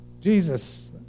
Jesus